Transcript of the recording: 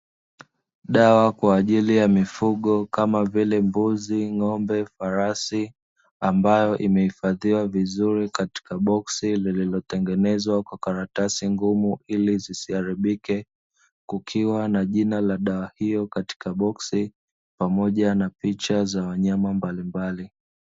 Dawa kwa ajili ya mifugo kama vile mbuzi, ng'ombe, farasi ambayo imehifadhiwa vizuri katika boksi lililotengenezwa kwa karatasi ngumu ili zisiharibike, kukiwa na jina la dawa hiyo katika boksi pamoja na picha za wanyama mbalimbali.